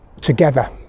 together